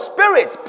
Spirit